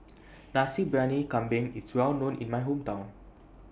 Nasi Briyani Kambing IS Well known in My Hometown